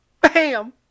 Bam